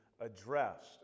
addressed